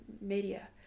media